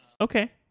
Okay